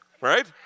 Right